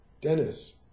Dennis